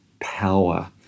power